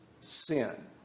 sin